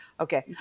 Okay